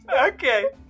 Okay